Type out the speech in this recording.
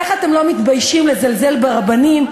איך אתם לא מתביישים לזלזל ברבנים?